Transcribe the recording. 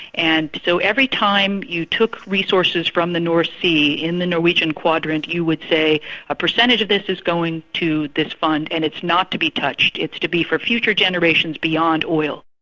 and so every time you took resources from the north sea in the norwegian quadrant, you would say a percentage of this is going to this fund and it's not to be touched, it's to be for future generations beyond oil'.